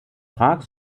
prag